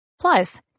Plus